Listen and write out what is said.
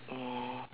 oh